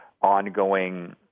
ongoing